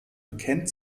bekennt